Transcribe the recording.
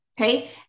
okay